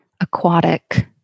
aquatic